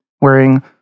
Wearing